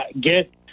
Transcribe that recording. get